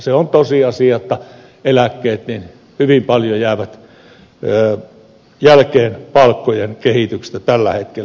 se on tosiasia että eläkkeet hyvin paljon jäävät jälkeen palkkojen kehityksestä tällä hetkellä